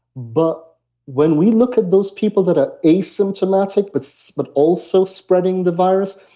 but when we look at those people that are asymptomatic but so but also spreading the virus,